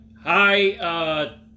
Hi